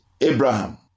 Abraham